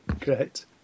great